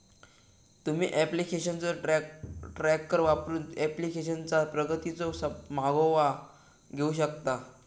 तुम्ही ऍप्लिकेशनचो ट्रॅकर वापरून ऍप्लिकेशनचा प्रगतीचो मागोवा घेऊ शकता